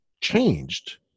changed